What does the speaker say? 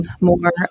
more